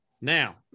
now